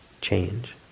change